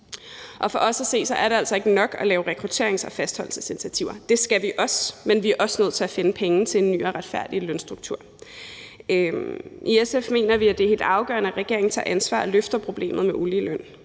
For os at se er det altså ikke nok at lave rekrutterings- og fastholdelsesinitiativer. Det skal vi også, men vi er også nødt til at finde penge til en ny og retfærdig lønstruktur. I SF mener vi, at det er helt afgørende, at regeringen tager ansvar og løser problemet med uligeløn,